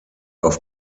auf